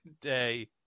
day